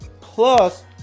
plus